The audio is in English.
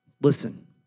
Listen